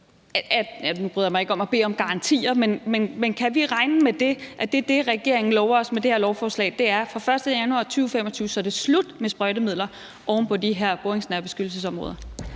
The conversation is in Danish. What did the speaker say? Nu bryder jeg mig ikke om at bede om garantier, men kan vi regne med, at det, regeringen lover os med det her lovforslag, er, at fra den 1. januar 2025 er det slut med at bruge sprøjtemidler oven på de her boringsnære beskyttelsesområder?